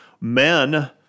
Men